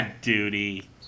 duty